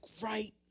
right